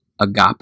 agape